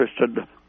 interested